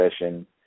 session